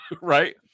Right